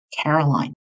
Caroline